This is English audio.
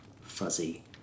fuzzy